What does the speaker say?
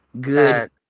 good